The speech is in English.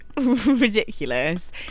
ridiculous